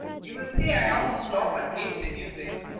you'll say i ought to stop and face the music.